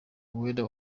uwera